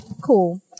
cool